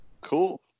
Cool